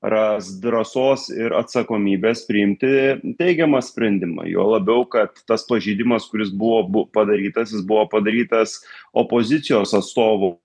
ras drąsos ir atsakomybės priimti teigiamą sprendimą juo labiau kad tas pažeidimas kuris buvo bu padarytas jis buvo padarytas opozicijos atstovų